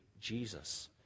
Jesus